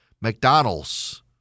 McDonald's